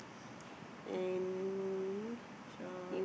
and